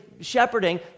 shepherding